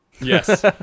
Yes